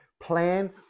Plan